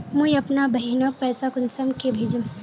मुई अपना बहिनोक पैसा कुंसम के भेजुम?